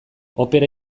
opera